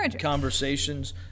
conversations